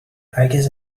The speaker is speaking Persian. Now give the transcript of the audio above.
هرگز